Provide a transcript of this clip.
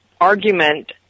argument